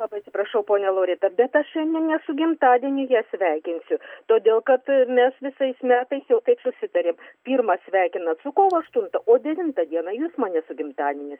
labai atsiprašau ponia loreta be aš šiandien ne su gimtadieniu ją sveikinsiu todėl kad mes visais metais jau taip susitarėm pirma sveikinat su kovo aštunta o devintą dieną jūs mane su gimtadieniu